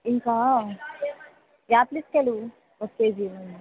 ఇంకా ఆపిల్స్ కాయలు ఒక కేజీ ఇవ్వండి